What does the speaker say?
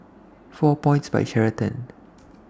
four Points By Sheraton